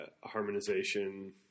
harmonization